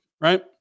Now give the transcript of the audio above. right